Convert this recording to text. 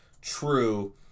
true